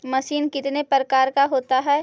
Machine कितने प्रकार का होता है?